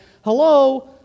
Hello